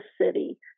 city